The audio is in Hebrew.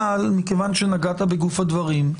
אבל מכיוון שנגענו בגוף הדברים,